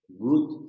good